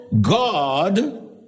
God